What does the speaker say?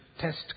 test